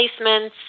placements